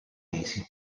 mesi